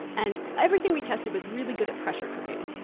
and everything we tested was really good at pressure cooking,